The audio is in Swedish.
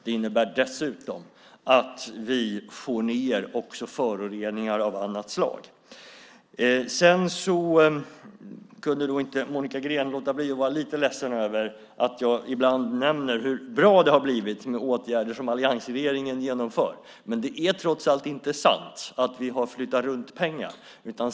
Det innebär dessutom att vi också får ned föroreningar av annat slag. Sedan kunde inte Monica Green låta bli att vara lite ledsen över att jag ibland nämner hur bra det har blivit med åtgärder som alliansregeringen genomför. Men det är trots allt inte sant att vi har flyttat runt pengar.